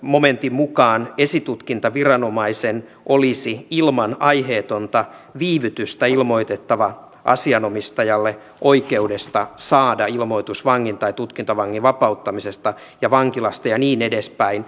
momentin mukaan esitutkintaviranomaisen olisi ilman aiheetonta viivytystä ilmoitettava asianomistajalle oikeudesta saada ilmoitus vangin tai tutkintavangin vapauttamisesta ja vankilasta ja niin edespäin